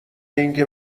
اینکه